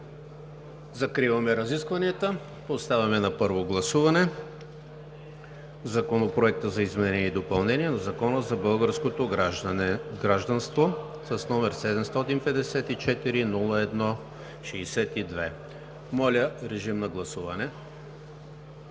Закривам разискванията и поставям на първо гласуване Законопроект за изменение и допълнение на Закона за българското гражданство, № 754-01-62. Гласували